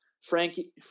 Frankie